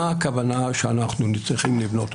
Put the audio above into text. זה מתכתב עם השאלה שלך מדוע ניו זילנד היא קצת לפנינו במדד